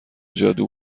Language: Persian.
جادو